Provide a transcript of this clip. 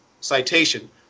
citation